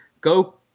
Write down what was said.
go